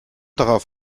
darauf